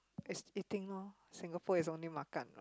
is eating orh Singapore is only makan what